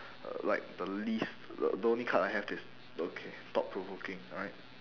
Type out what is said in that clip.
uh like the least the the only card that I have that's okay thought provoking alright